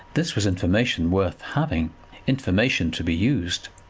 this was information worth having information to be used!